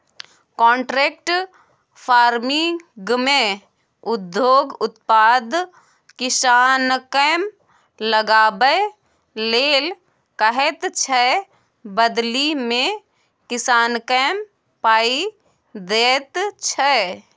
contract फार्मिंगमे उद्योग उत्पाद किसानकेँ लगाबै लेल कहैत छै बदलीमे किसानकेँ पाइ दैत छै